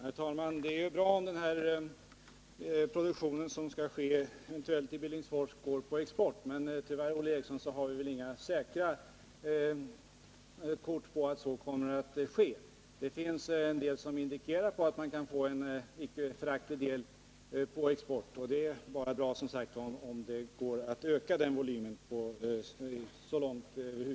Herr talman! Det är bra om den produktion som eventuellt skall äga rum i Billingsfors går på export, men tyvärr, Olle Eriksson, har vi inga säkra besked om att så kommer att ske. Det finns en del som indikerar att en icke föraktlig del kan komma att gå på export, och det är bara bra om det går att öka den volymen.